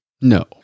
No